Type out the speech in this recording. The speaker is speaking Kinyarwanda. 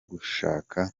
gushaka